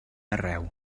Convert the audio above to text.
arreu